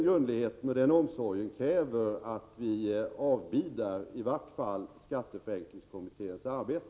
Grundligheten och omsorgen kräver att vi avbidar i vart fall skatteförenklingskommitténs arbete.